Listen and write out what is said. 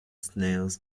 snails